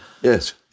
Yes